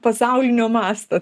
pasaulinio masto